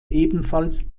ebenfalls